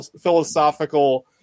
philosophical